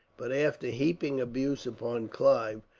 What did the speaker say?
but, after heaping abuse upon clive,